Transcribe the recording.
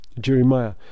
Jeremiah